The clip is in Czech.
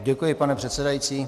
Děkuji, pane předsedající.